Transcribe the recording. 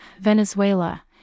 Venezuela